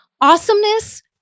awesomeness